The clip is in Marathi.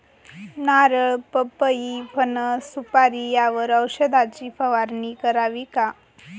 नारळ, पपई, फणस, सुपारी यावर औषधाची फवारणी करावी का?